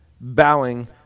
bowing